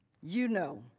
you know,